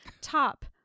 Top